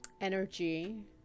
energy